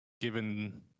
given